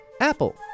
Apple